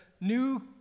new